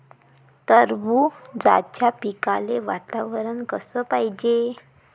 टरबूजाच्या पिकाले वातावरन कस पायजे?